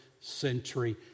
century